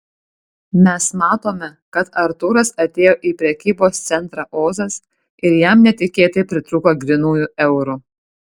mes matome kad artūras atėjo į prekybos centrą ozas ir jam netikėtai pritrūko grynųjų eurų